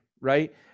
right